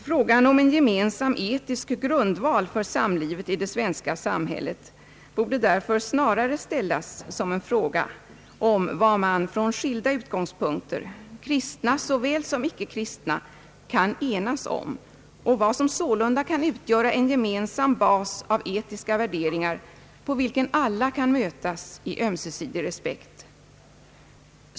»Frågan om en gemensam =<etisk grundval för samlivet i det svenska samhället borde därför snarare ställas som en fråga om vad man, från skilda utgångspunkter, kristna såväl som icke kristna, kan enas om och vad som sålunda kan utgöra en gemensam bas av etiska värderingar på vilken alla kan mötas i ömsesidig respekt.